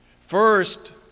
First